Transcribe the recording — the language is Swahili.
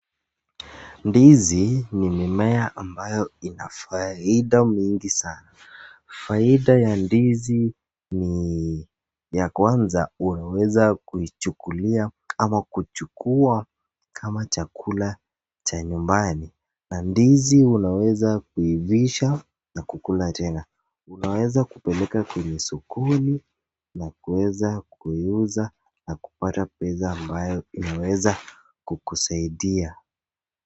Ndizi ni mmea ambayo inafaida mingi saana, faida ya ndizi ni ,ya kwanza: unaweza kuichukulia ama kuchukua kama chakula cha nyumbani.na ndizi unaweza kuivisha na kukula tena. Unaweza kupeleka kwenye sokoni na kuweza kuiuza na kupata pesa ambayo inaweza kukusaidia.